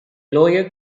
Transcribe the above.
lower